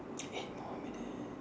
eight more minutes